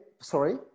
sorry